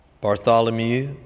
Bartholomew